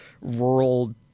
rural